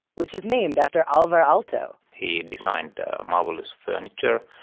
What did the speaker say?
which is named after alvar aalto. he designed marvelous furniture,